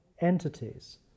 entities